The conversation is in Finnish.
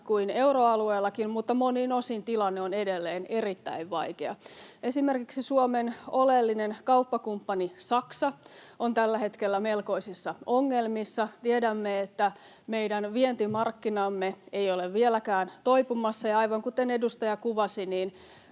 kuin euroalueellakin, mutta monin osin tilanne on edelleen erittäin vaikea. Esimerkiksi Suomen oleellinen kauppakumppani Saksa on tällä hetkellä melkoisissa ongelmissa. Tiedämme, että meidän vientimarkkinamme ei ole vieläkään toipumassa, ja aivan kuten edustaja kuvasi,